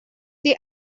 they